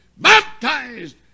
Baptized